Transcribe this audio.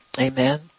Amen